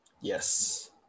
Yes